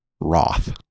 Roth